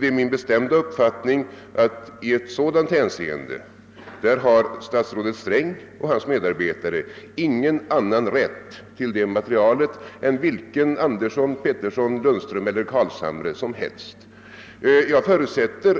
Det är min bestämda uppfattning att i ett sådant hänseende har statsrådet Sträng och hans medarbetare ingen annan rätt till materialet än vilken Andersson, Pettersson, Lundström eller Carlshamre som helst. Tänk,